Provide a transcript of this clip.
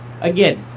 again